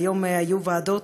והיום היו ישיבות ועדות,